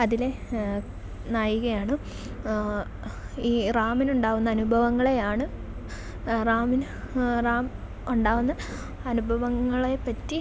അതിലെ നായികയാണ് ഈ റാമിനുണ്ടാകുന്ന അനുഭവങ്ങളെയാണ് റാമിന് റാം ഉണ്ടാകുന്ന അനുഭവങ്ങളെ പറ്റി